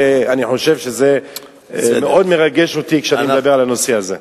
אני חושב שזה מאוד מרגש אותי כשאני מדבר על הנושא הזה.